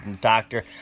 doctor